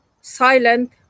silent